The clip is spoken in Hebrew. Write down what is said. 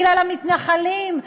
בגלל המתנחלים,